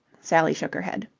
sally shook her head.